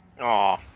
Aw